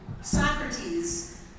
Socrates